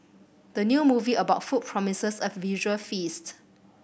the new movie about food promises a visual feast